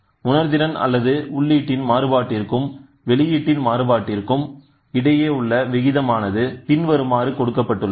உணர்திறன் அல்லது உள்ளீட்டின் மாறுபாட்டிற்கும் வெளியீட்டின் மாறுபாட்டிற்கும் இடையே உள்ள விகிதமானது பின்வருமாறு கொடுக்கப்பட்டுள்ளது